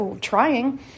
trying